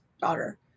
daughter